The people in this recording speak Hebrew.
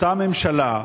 אותה ממשלה,